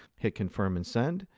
hit confirm and send,